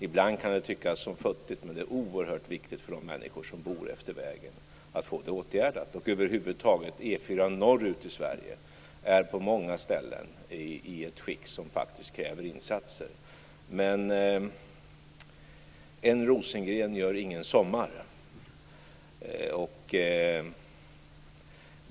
Ibland kan det tyckas futtigt, men det är oerhört viktigt för de människor som bor efter vägen att få det åtgärdat. Över huvud taget är E 4:an norrut i Sverige på många ställen i ett skick som faktiskt kräver insatser. Men en Rosengren gör ingen sommar!